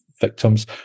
victims